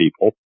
people